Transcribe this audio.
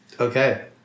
Okay